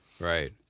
Right